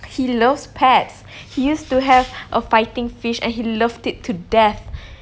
he loves pets he used to have a fighting fish and he loved it to death